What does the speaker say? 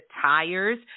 tires